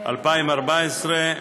2014,